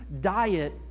diet